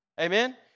Amen